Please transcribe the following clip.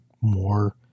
more